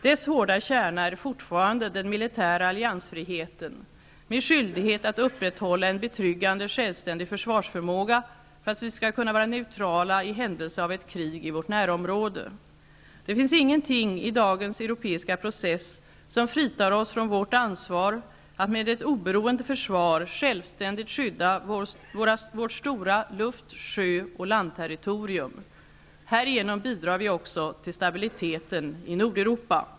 Dess hårda kärna är fortfarande den militära alliansfriheten med skyldighet att upprätthålla en betryggande självständig försvarsförmåga för att vi skall kunna vara neutrala i händelse av ett krig i vårt närområde. Det finns ingenting i dagens europeiska process som fritar oss från vårt ansvar att med ett oberoende försvar självständigt skydda vårt stora luft-, sjö och landterritorium. Härigenom bidrar vi också till stabiliteten i Nordeuropa.